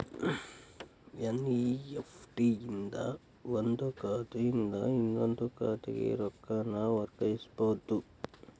NEFT ಇಂದ ಒಂದ್ ಖಾತೆಯಿಂದ ಇನ್ನೊಂದ್ ಖಾತೆಗ ರೊಕ್ಕಾನ ವರ್ಗಾಯಿಸಬೋದು